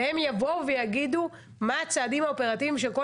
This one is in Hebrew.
והם יבואו ויגידו מה הצעדים האופרטיביים שכל